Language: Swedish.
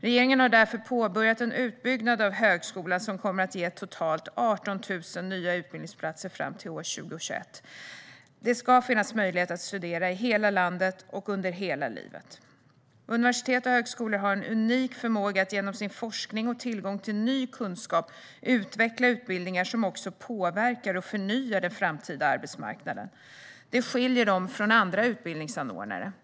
Regeringen har därför påbörjat en utbyggnad av högskolan som kommer att ge totalt 18 000 nya utbildningsplatser fram till år 2021. Det ska finnas möjlighet att studera i hela landet och under hela livet. Universitet och högskolor har en unik förmåga att genom sin forskning och tillgång till ny kunskap utveckla utbildningar som också påverkar och förnyar den framtida arbetsmarknaden. Det skiljer dem från andra utbildningsanordnare.